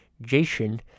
Jason